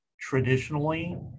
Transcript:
traditionally